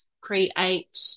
create